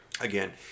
again